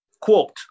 quote